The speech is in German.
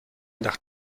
nach